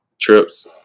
Trips